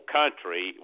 country